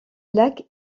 lac